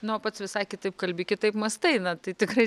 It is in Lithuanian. na pats visai kitaip kalbi kitaip mąstai na tai tikrai